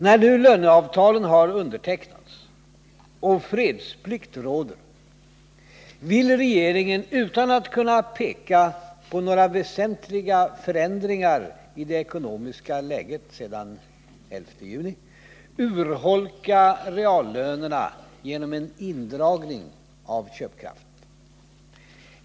När nu löneavtalen har undertecknats och fredsplikt råder vill regeringen, utan att kunna peka på några väsentliga förändringar i det ekonomiska läget sedan den 11 juni, urholka reallönerna genom en indragning av köpkraften.